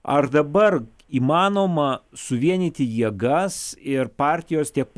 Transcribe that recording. ar dabar įmanoma suvienyti jėgas ir partijos tiek